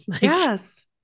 yes